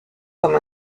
comme